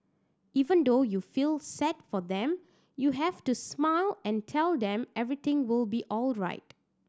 even though you feel sad for them you have to smile and tell them everything will be alright